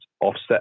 offset